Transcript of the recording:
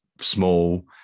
small